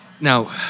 Now